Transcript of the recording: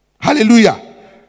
Hallelujah